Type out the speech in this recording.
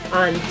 on